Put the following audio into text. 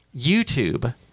YouTube—